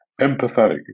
empathetic